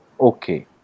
Okay